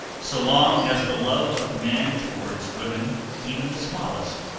so long as the love of man towards women, even the smallest,